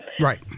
Right